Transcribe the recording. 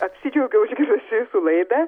apsidžiaugiau išgirdus jūsų laidą